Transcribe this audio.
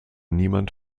niemand